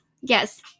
yes